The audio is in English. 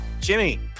Jimmy